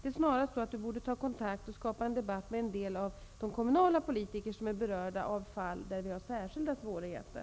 Eva Johansson borde snarare ta kontakt och diskutera den här saken med berörda kommunalpolitiker på de orter där man har särskilda svårigheter.